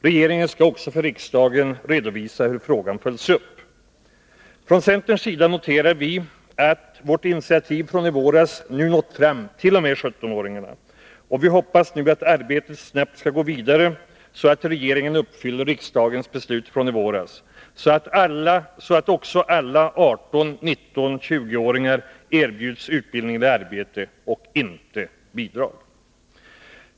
Regeringen skall också för riksdagen redovisa hur frågan följs upp. Från centerns sida noterar vi att vårt initiativ från i våras nu nått fram t.o.m. 17-åringarna, och vi hoppas nu att arbetet snabbt kan gå vidare så att regeringen uppfyller riksdagens beslut från i våras, så att också alla 18-, 19 och 20-åringar erbjuds utbildning eller arbete, inte bidrag.